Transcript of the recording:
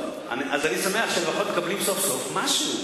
טוב, אז אני שמח שלפחות מקבלים סוף-סוף משהו.